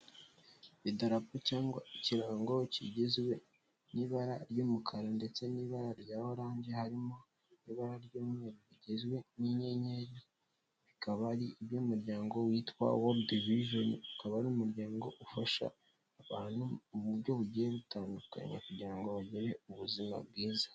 Iidarapo cyangwa ikirango kigizwe n'ibara ry'umukara ndetse n'ibara rya oranje, harimo ibara ry'umweru rigizwe n'inyenyeri rikaba ari ibry'umuryango witwa World vision, ukaba n'umuryango ufasha abantu mu buryo bugiye butandukanya kugira ngo bagire ubuzima bwiza.